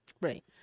Right